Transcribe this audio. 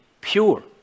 pure